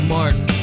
Martin